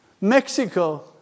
Mexico